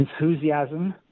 Enthusiasm